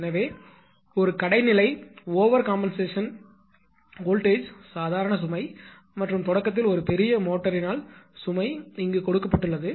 எனவே ஒரு கடைநிலை ஓவர் கம்பென்சேஷன் வோல்ட்டேஜ் சாதாரண சுமை மற்றும் தொடக்கத்தில் ஒரு பெரிய மோட்டாரினால் சுமை இங்கு கொடுக்கப்பட்டுள்ளது